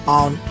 on